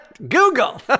Google